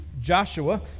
Joshua